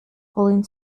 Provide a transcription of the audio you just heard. falling